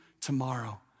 tomorrow